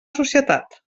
societat